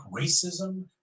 racism